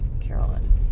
Carolyn